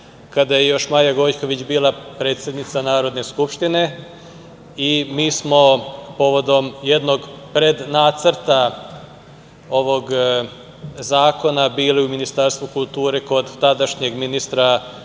kada je još Maja Gojković bila predsednica Narodne skupštine i mi smo povodom jednog prednacrta ovog zakona bili u Ministarstvu kulture kod tadašnjeg ministra